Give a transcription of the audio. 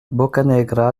boccanegra